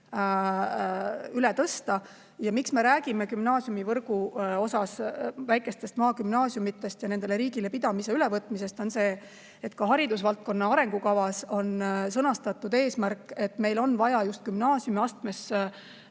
üle tõsta. Miks me räägime gümnaasiumivõrgu puhul väikestest maagümnaasiumidest ja nende riigi pidamisele ülevõtmisest? Ka haridusvaldkonna arengukavas on sõnastatud eesmärk, et meil on vaja just gümnaasiumiastmes